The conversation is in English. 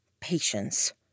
Patience